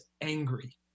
angry